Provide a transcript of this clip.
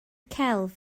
celf